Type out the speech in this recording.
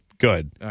good